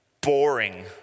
boring